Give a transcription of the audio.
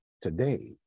today